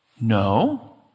No